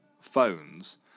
phones